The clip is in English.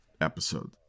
episode